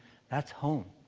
that's home.